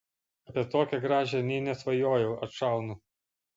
apie tokią gražią nė nesvajojau atšaunu